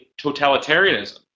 totalitarianism